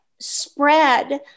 spread